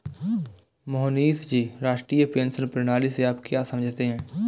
मोहनीश जी, राष्ट्रीय पेंशन प्रणाली से आप क्या समझते है?